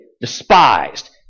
despised